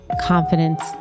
confidence